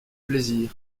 plaisirs